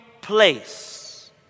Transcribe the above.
place